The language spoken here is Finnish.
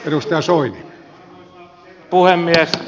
arvoisa herra puhemies